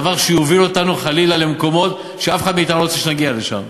דבר שיוביל אותנו חלילה למקומות שאף אחד מאתנו לא רוצה שנגיע לשם.